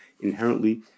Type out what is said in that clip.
inherently